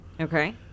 Okay